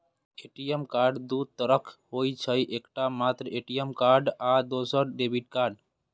ATM card दू तरहक होइ छै, एकटा मात्र ए.टी.एम कार्ड आ दोसर डेबिट कार्ड